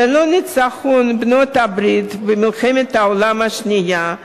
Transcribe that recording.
ללא ניצחון בעלות-הברית במלחמת העולם השנייה,